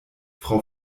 frau